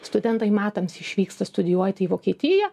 studentai metams išvyksta studijuoti į vokietiją